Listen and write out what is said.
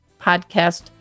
podcast